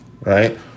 right